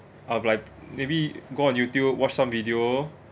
I'll be like maybe go on YouTube watch some video